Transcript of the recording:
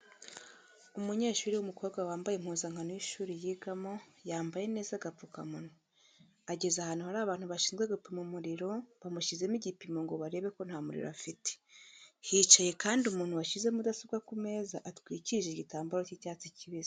Umunyeshuri w'umukobwa wambaye impuzankano y'ishuri yigamo, yambaye neza agapfukamunwa, ageze ahantu hari abantu bashinzwe gupima umuriro, bamushyizeho igipimo ngo barebe ko nta muriro afite, hicaye kandi umuntu washyize mudasobwa ku meza atwikirije igitambaro cy'icyatsi kibisi.